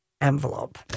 envelope